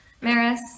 Maris